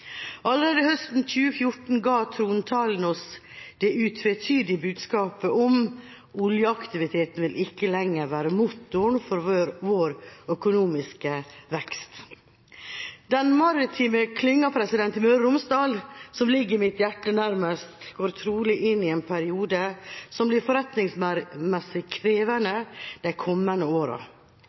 Allerede høsten 2014 ga trontalen oss det utvetydige budskapet: «Oljeaktiviteten vil ikke lenger være motoren for vår økonomiske vekst.» Den maritime klynga i Møre og Romsdal, som ligger mitt hjerte nærmest, går trolig inn i en periode som blir forretningsmessig krevende de kommende